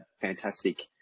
fantastic